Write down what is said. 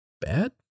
bad